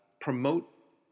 promote